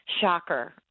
Shocker